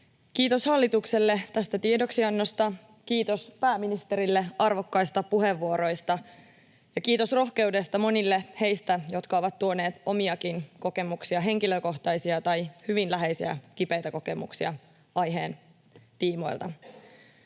Kiitos hallitukselle tästä tiedoksiannosta, kiitos pääministerille arvokkaista puheenvuoroista ja kiitos rohkeudesta monille heistä, jotka ovat tuoneet omiakin kokemuksiaan, henkilökohtaisia tai hyvin läheisiä, kipeitä kokemuksia aiheen tiimoilta.